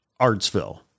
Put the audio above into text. Artsville